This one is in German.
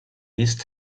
ist